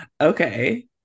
Okay